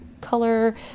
color